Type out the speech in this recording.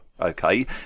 okay